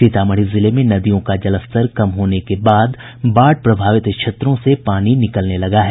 सीतामढ़ी जिले में नदियों का जलस्तर कम होने के बाद बाढ़ प्रभावित क्षेत्रों से पानी निकलने लगा है